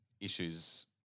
issues –